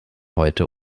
heute